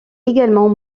également